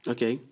Okay